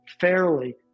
fairly